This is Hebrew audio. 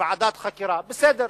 לוועדת חקירה, בסדר,